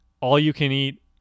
all-you-can-eat